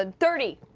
and thirty!